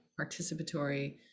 participatory